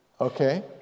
okay